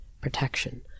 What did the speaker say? protection